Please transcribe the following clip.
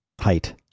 Height